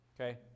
Okay